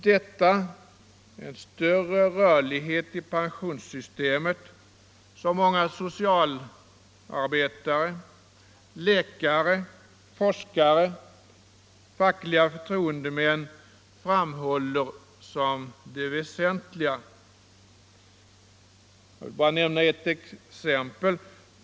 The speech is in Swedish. Det är en större rörlighet i pensionssystemet som många socialarbetare, läkare, forskare och fackliga förtroendemän framhåller som det väsentliga. Jag vill bara nämna ett exempel.